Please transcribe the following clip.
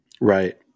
Right